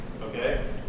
Okay